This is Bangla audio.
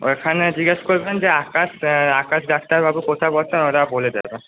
ওখানে জিজ্ঞাস করবেন যে আকাশ আকাশ ডাক্তারবাবু কোথায় বসে ওরা বলে দেবে